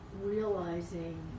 Realizing